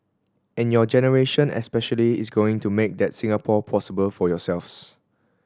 and your generation especially is going to make that Singapore possible for yourselves